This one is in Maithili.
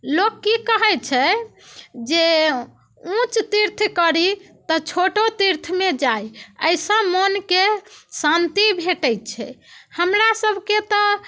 लोक की कहैत छै जे उच्च तीर्थ करी तऽ छोटो तीर्थमे जाइ एहिसँ मनके शांति भेटैत छै हमरा सबके तऽ